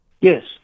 Yes